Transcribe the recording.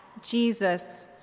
Jesus